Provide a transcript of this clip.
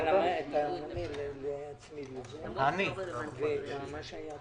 מעניין אותי באחוזים על כמה אנחנו מדברים.